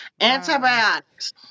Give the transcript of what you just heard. antibiotics